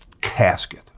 casket